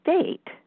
state